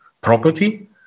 property